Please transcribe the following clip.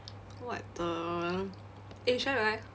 what the eh should I buy